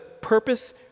purpose